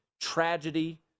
tragedy